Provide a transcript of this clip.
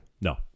no